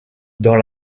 dans